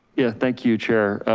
yeah, thank you chair.